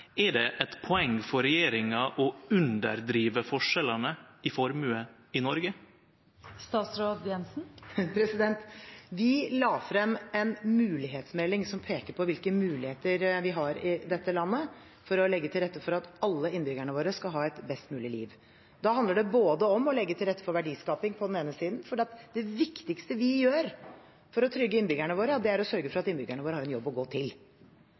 Er det eit poeng for regjeringa å underdrive forskjellane i formue i Noreg? Vi la frem en mulighetsmelding, som peker på hvilke muligheter vi har i dette landet for å legge til rette for at alle innbyggerne våre skal ha et best mulig liv. Det handler om å legge til rette for verdiskaping på den ene siden, for det viktigste vi gjør for å trygge innbyggerne våre, er å sørge for at innbyggerne våre har en jobb å gå til.